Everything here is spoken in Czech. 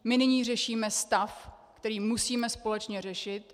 My nyní řešíme stav, který musíme společně řešit.